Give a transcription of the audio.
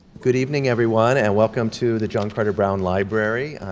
good evening, everyone, and welcome to the john carter brown library.